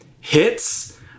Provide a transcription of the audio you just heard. hits